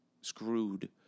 screwed